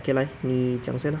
okay 来你讲先 lah